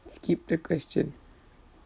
skip the question